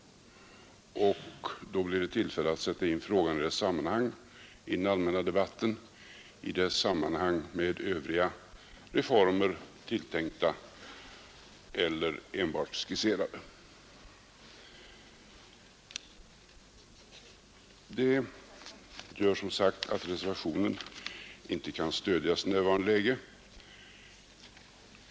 Då blir det tillfälle att sätta in frågan i rätt sammanhang i den allmänna debatten — i dess sammanhang med övriga reformer, tilltänkta eller enbart skisserade. Det gör som sagt att reservationen inte kan stödjas i nuvarande läge.